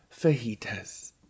fajitas